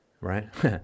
right